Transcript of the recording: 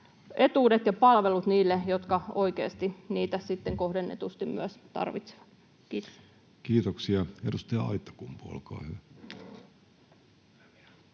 etuudet ja palvelut niille, jotka oikeasti niitä sitten kohdennetusti myös tarvitsevat. Kiitoksia. — Edustaja Aittakumpu, olkaa hyvä.